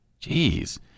Jeez